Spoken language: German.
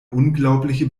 unglaubliche